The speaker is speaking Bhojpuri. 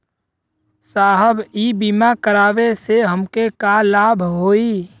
साहब इ बीमा करावे से हमके का लाभ होई?